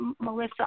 Melissa